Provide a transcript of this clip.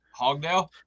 hogdale